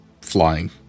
flying